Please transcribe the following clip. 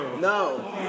No